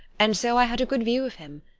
and so i had a good view of him.